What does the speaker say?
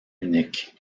unique